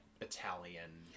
Italian